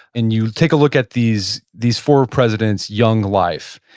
and you take a look at these these four presidents' young life.